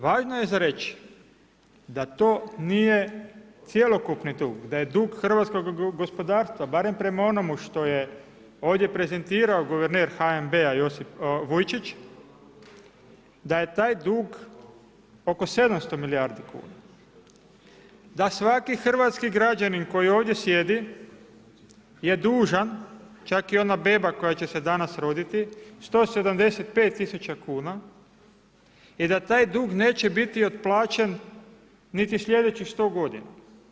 Važno je za reći da to nije cjelokupni dug, da je dug hrvatskog gospodarstva barem prema onomu što je ovdje prezentirao guverner HNB-a Josip Vujčić, da je taj dug oko 700 milijardi kuna, da svaki hrvatski građanin koji ovdje sjedi je dužan, čak i ona beba koja će se danas roditi, 175 tisuća kuna i da taj dug neće biti otplaćen niti slijedećih 100 godina.